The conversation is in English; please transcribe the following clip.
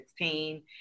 2016